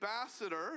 ambassador